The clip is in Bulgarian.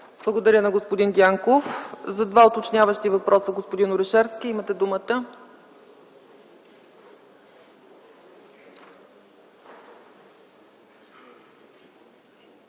Благодаря на господин Дянков. За два уточняващи въпроса – господин Орешарски, имате думата.